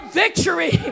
victory